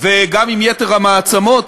וגם עם יתר המעצמות,